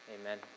Amen